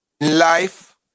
life